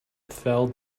failed